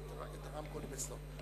לא מידה דמוקרטית,